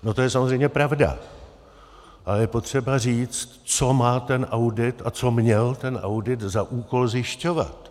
No to je samozřejmě pravda a je potřeba říct, co má ten audit a co měl ten audit za úkol zjišťovat.